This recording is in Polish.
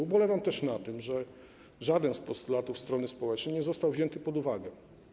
Ubolewam też nad tym, że żaden z postulatów strony społecznej nie został wzięty pod uwagę.